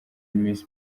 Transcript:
miss